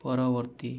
ପରବର୍ତ୍ତୀ